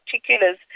particulars